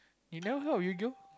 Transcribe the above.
you never heard of Yu-gi-oh